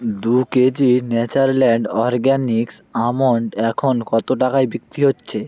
দু KG Natureland Organics almond এখন কত টাকায় বিক্রি হচ্ছে